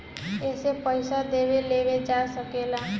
एसे पइसा देवे लेवे जा सके